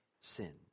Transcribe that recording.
sin